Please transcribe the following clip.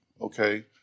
Okay